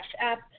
App